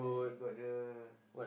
eh got the